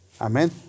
Amen